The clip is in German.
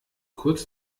kurz